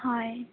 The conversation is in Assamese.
হয়